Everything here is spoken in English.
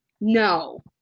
No